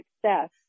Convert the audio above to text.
success